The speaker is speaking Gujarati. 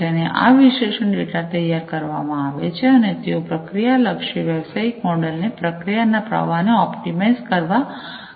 અને આ વિશ્લેષણ ડેટા તૈયાર કરવામાં આવે છે અને તેઓ પ્રક્રિયા લક્ષી વ્યવસાયીક મોડેલ ને પ્રક્રિયા ના પ્રવાહને ઑપ્ટિમાઇઝ કરવા કંપનીઓને મદદ કરે છે